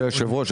כבוד היושב ראש,